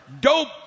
dope